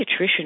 pediatrician